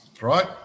right